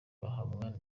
bahabwa